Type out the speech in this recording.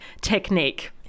technique